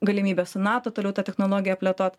galimybė su nato toliau tą technologiją plėtot